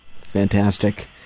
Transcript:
Fantastic